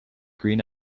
green